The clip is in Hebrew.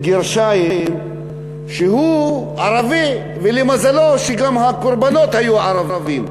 שהוא ערבי, מזלו שגם הקורבנות היו ערבים,